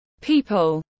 People